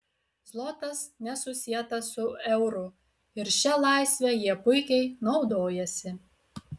zlotas nesusietas su euru ir šia laisve jie puikiai naudojasi